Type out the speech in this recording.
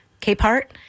Capehart